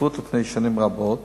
בהתכתבות לפני שנים רבות